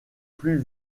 plus